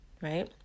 right